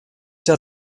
der